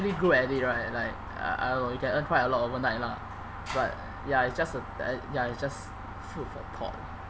good at it right like I I don't know you can earn quite a lot overnight lah but ya it's just a uh ya it's just food for thought ya